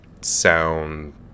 sound